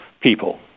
people